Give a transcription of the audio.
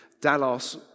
Dallas